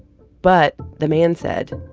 but the man said,